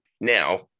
Now